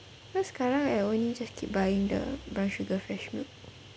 because sekarang I just keep buying the brown sugar fresh milk